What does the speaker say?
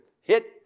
hit